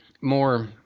more